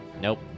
Nope